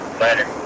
later